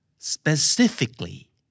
Specifically